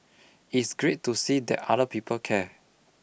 it's great to see that other people care